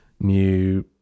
new